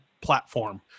platform